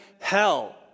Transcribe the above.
hell